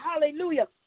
hallelujah